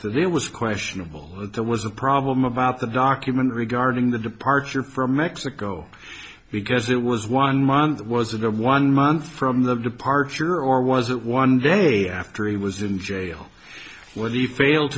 h that it was questionable that there was a problem about the document regarding the departure from mexico because it was one month was it a one month from the departure or was it one day after he was in jail where they fail